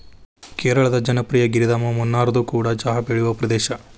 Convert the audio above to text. ಕೇರಳದ ಜನಪ್ರಿಯ ಗಿರಿಧಾಮ ಮುನ್ನಾರ್ಇದು ಕೂಡ ಚಹಾ ಬೆಳೆಯುವ ಪ್ರದೇಶ